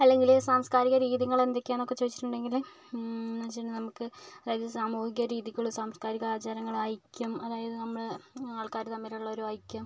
അല്ലെങ്കില് സാംസ്കാരിക രീതികള് എന്തൊക്കെയാണെന്നൊക്കെ ചോദിച്ചിട്ടുണ്ടെങ്കില് എന്നുവെച്ചിട്ടുണ്ടെങ്കിൽ നമുക്ക് അതായത് സാമൂഹിക രീതികള് സാംസ്കാരിക ആചാരങ്ങള് ഐക്യം അതായത് നമ്മള് ആൾക്കാര് തമ്മിലുള്ളൊരു ഐക്യം